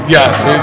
Yes